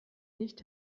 nicht